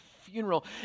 funeral